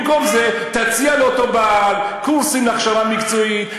במקום זה תציע לאותו בעל קורסים להכשרה מקצועית,